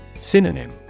Synonym